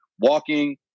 walking